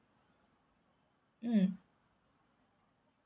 mm